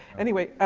anyway,